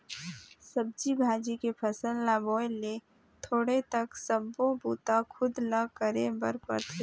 सब्जी भाजी के फसल ल बोए ले तोड़े तक सब्बो बूता खुद ल करे बर परथे